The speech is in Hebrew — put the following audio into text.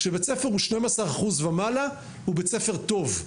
כשבית ספר הוא 12% ומעלה הוא בית ספר טוב.